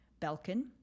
Belkin